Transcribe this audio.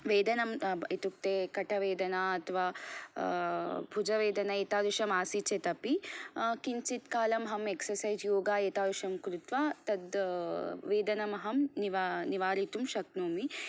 वेदना इत्युक्ते कटिवेदना अथवा भुजवेदना एतादृशम् आसीत् चेत् अपि किञ्चित् कालम् अहम् एक्ससैज् योगा एतादृशं कृत्वा तद् वेदनम् अहं निवा निवारितुं शक्नोमि